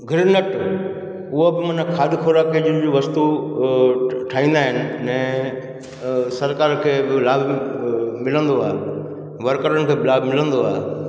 गिरनट उहा बि माना खाध खुराक जी वस्तु ठाहींदा आहिनि अने सरकार खे लाभु मिलंदो आहे वर्करनि खे बि लाभु मिलंदो आहे